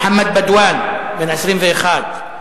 מוחמד בדוואן, בן 21,